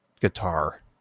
guitar